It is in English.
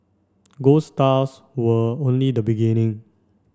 gold stars were only the beginning